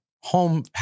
home